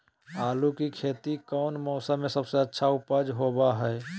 आलू की खेती कौन मौसम में सबसे अच्छा उपज होबो हय?